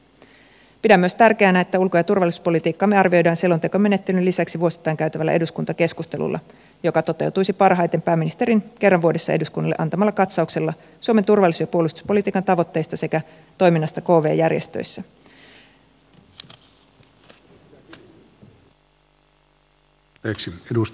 pidän myös tärkeänä että ulko ja turvallisuuspolitiikkaamme arvioidaan selontekomenettelyn lisäksi vuosittain käytävällä eduskuntakeskustelulla joka toteutuisi parhaiten pääministerin kerran vuodessa eduskunnalle antamalla katsauksella suomen turvallisuus ja puolustuspolitiikan tavoitteista sekä toiminnasta kv järjestöissä